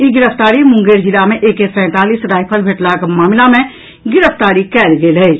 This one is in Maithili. ई गिरफ्तारी मुंगेर जिला मे एके सैंतालीस राइफल भेटलाक मामिला मे गिरफ्तारी कयल गेल अछि